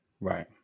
Right